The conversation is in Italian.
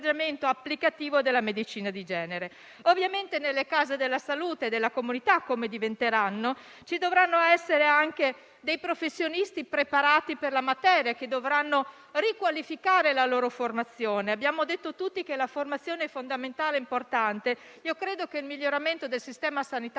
applicativo della medicina di genere. Ovviamente nelle case della salute e della comunità dovranno essere presenti professionisti competenti per materia, i quali dovranno riqualificare la loro formazione. Abbiamo detto tutti che la formazione è fondamentale e importante. Credo che il miglioramento del sistema sanitario